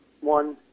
One